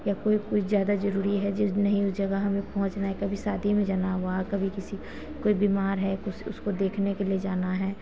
या कोई कुछ ज़्यादा जरूरी है जिस नहीं भी जगह हमें पहुँचना है कभी शादी में जाना हुआ कभी किसी कोई बीमार है उस उसको देखने के लिए जाना है